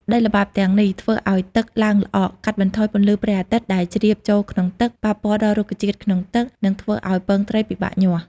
ដីល្បាប់ទាំងនេះធ្វើឱ្យទឹកឡើងល្អក់ កាត់បន្ថយពន្លឺព្រះអាទិត្យដែលជ្រាបចូលក្នុងទឹក ប៉ះពាល់ដល់រុក្ខជាតិក្នុងទឹក និងធ្វើឱ្យពងត្រីពិបាកញាស់។